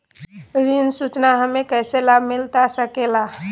ऋण सूचना हमें कैसे लाभ मिलता सके ला?